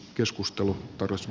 arvoisa puhemies